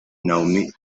naomi